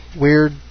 weird